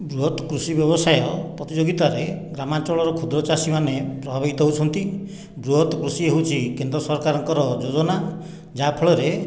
ବୃହତ କୃଷି ବ୍ୟବସାୟ ପ୍ରତିଯୋଗିତାରେ ଗ୍ରାମାଞ୍ଚଳର କ୍ଷୁଦ୍ର ଚାଷୀମାନେ ପ୍ରଭାବିତ ହେଉଛନ୍ତି ବୃହତ କୃଷି ହେଉଛି କେନ୍ଦ୍ର ସରକାରଙ୍କ ଯୋଜନା ଯାହା ଫଳରେ